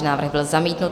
Návrh byl zamítnut.